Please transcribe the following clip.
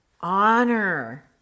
honor